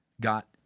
Got